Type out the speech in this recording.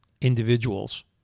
individuals